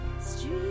Street